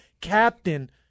captain